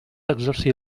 exercir